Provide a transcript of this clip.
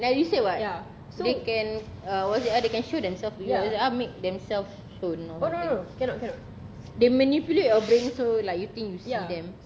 like you said [what] they can uh what is it ah they can show themselves to you or make themselves shown or something they manipulate your brain so like you think you see them